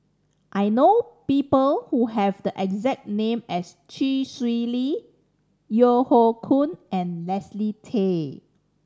I know people who have the exact name as Chee Swee Lee Yeo Hoe Koon and Leslie Tay